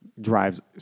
drives